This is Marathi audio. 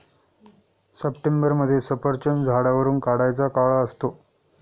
सप्टेंबरमध्ये सफरचंद झाडावरुन काढायचा काळ असतो